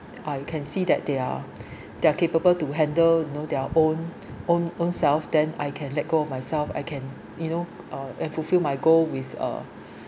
I can see that they are they're capable to handle you know their own own ownself then I can let go of myself I can you know uh and fulfil my goal with uh